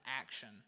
action